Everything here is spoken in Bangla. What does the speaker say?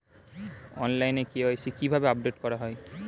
অনলাইনে কে.ওয়াই.সি কিভাবে আপডেট করা হয়?